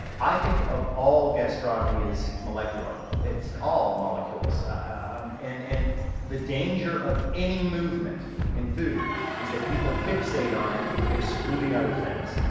i think of all gastronomy is molecular. it's all molecules um and, and the danger of any movement in food is that people fixate on it, excluding other things.